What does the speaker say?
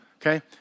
Okay